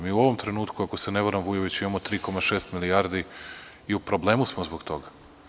Mi u ovom trenutku, ako se ne varam, Vujoviću, imamo 3,6 milijardi i u problemu smo zbog toga.